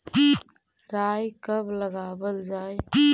राई कब लगावल जाई?